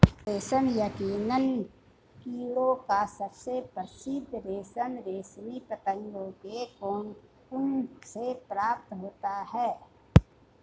रेशम यकीनन कीड़ों का सबसे प्रसिद्ध रेशम रेशमी पतंगों के कोकून से प्राप्त होता है